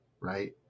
right